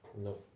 No